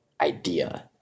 idea